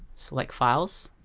select files